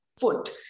foot